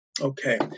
Okay